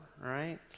right